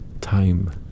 time